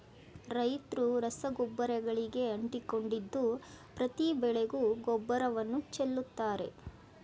ರೈತ್ರು ರಸಗೊಬ್ಬರಗಳಿಗೆ ಅಂಟಿಕೊಂಡಿದ್ದು ಪ್ರತಿ ಬೆಳೆಗೂ ಗೊಬ್ಬರವನ್ನು ಚೆಲ್ಲುತ್ತಾರೆ